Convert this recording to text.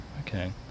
okay